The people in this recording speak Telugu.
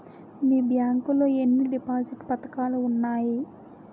మీ బ్యాంక్ లో ఎన్ని డిపాజిట్ పథకాలు ఉన్నాయి?